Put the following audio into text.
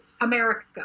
America